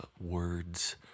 words